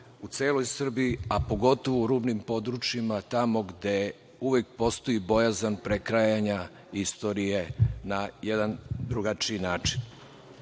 u celoj Srbiji, a pogotovo u rubnim područjima tamo gde uvek postoji bojazan prekrajanja istorije na jedan drugačiji način. Prvi